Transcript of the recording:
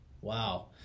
wow